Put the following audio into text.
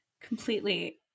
Completely